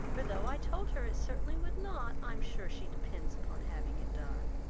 for though i told her it certainly would not, i am sure she depends upon having it done.